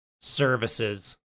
services